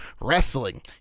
wrestling